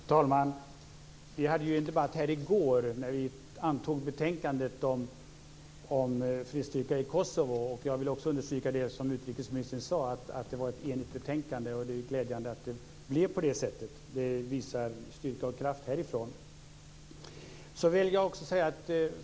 Fru talman! Vi hade ju en debatt här i går när vi diskuterade betänkandet om fredsstyrkan i Kosovo. Jag vill också understryka det som utrikesministern sade, nämligen att det var ett enigt utskott när det gällde det här betänkandet. Det är glädjande att det blev på det sättet. Det visar på styrka och kraft härifrån.